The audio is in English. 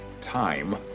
time